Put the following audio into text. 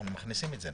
אנחנו מכניסים את זה.